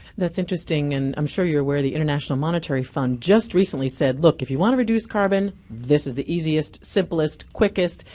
that's interesting. and i'm sure you're aware the international monetary fund just recently said look, if you want to reduce carbon this is the easiest, simplest, quickest,